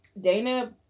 Dana